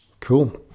Cool